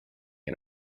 and